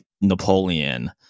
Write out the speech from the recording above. Napoleon